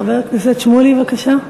חבר הכנסת שמולי, בבקשה,